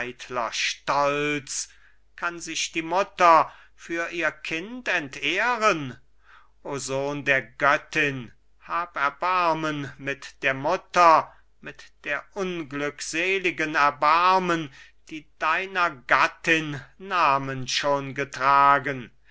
stolz kann sich die mutter für ihr kind entehren o sohn der göttin hab erbarmen mit der mutter mit der unglückseligen erbarmen die deiner gattin namen schon getragen